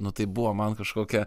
nu tai buvo man kažkokia